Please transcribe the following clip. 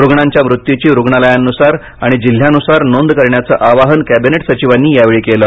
रुग्णांच्या मृत्यूची रुग्णालयांनुसार आणि जिल्ह्यानुसार नोंद करण्याचं आवाहन कॅबिनेट सचिवांनी यावेळी केलं